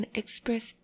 express